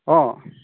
অঁ